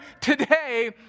today